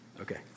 Okay